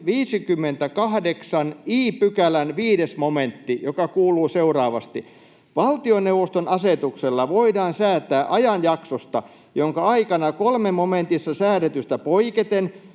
58 i §:n 5 momentti, joka kuuluu seuraavasti: ”Valtioneuvoston asetuksella voidaan säätää ajanjaksosta, jonka aikana 3 momentissa säädetystä poiketen